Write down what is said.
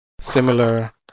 similar